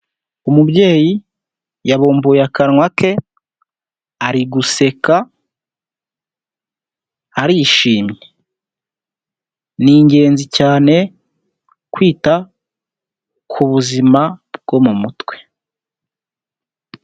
Umubyeyi yabumbuye akanwa ke, ari guseka arishimye. Ni igenzi cyane kwita ku buzima bwo mu mutwe .